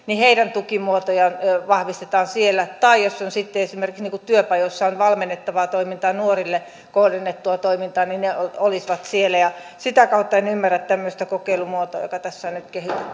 tukimuotoja vahvistetaan siellä tai jos on sitten esimerkiksi valmennettavaa toimintaa nuorille kohdennettua toimintaa niin kuin työpajoissa on niin he olisivat siellä sitä kautta en ymmärrä tämmöistä kokeilumuotoa joka tässä on nyt